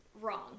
wrong